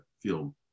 feel